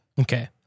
Okay